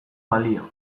balio